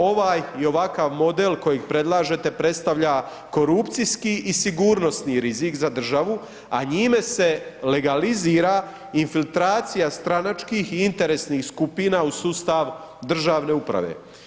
Ovaj i ovakav model kojeg predlažete, predstavlja korupcijski i sigurnosni rizik za državu a njime se legalizira infiltracija stranačkih i interesnih skupina u sustav državne uprave.